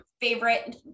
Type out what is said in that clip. Favorite